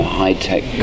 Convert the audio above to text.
high-tech